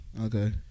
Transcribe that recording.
Okay